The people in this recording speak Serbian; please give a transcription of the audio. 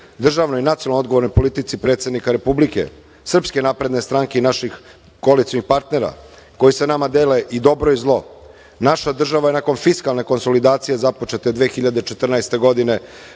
državnoj i nacionalno odgovornoj politici predsednika Republike, Srpske napredne stranke i naših koalicionih partnera koji sa nama dele i dobro i zlo. Naša država je nakon fiskalne konsolidacije, započete 2014. godine,